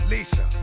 Lisa